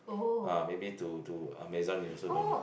ah maybe to to Amazon you also don't know